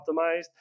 optimized